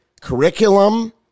curriculum